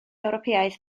ewropeaidd